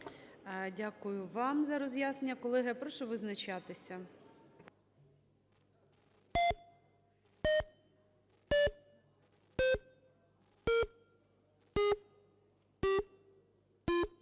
Дякую вам за роз'яснення. Колеги, прошу визначатися.